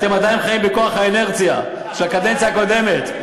אתם עדיין חיים בכוח האינרציה של הקדנציה הקודמת.